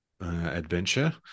adventure